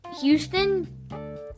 Houston